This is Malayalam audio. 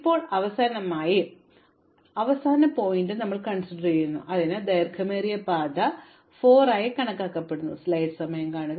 ഇപ്പോൾ അവസാനമായി ഇത് എന്റെ അവസാന ശീർഷകമാണ് അതിനാൽ ഞാൻ കണക്കാക്കുകയും അതിന്റെ ദൈർഘ്യമേറിയ പാത 4 ആയി കണക്കാക്കുകയും ചെയ്യുന്നു